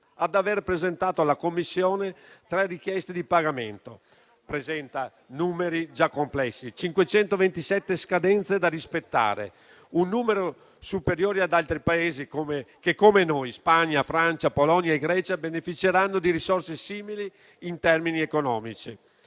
ad aver presentato alla Commissione tre richieste di pagamento. I numeri sono complessi: 527 scadenze da rispettare, un numero superiore a quello di altri Paesi (Spagna, Francia, Polonia e Grecia), che come noi beneficeranno di risorse simili in termini economici.